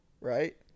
right